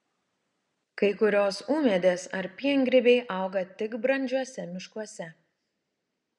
kai kurios ūmėdės ar piengrybiai auga tik brandžiuose miškuose